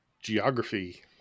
Geography